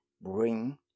bring